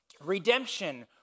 redemption